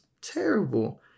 terrible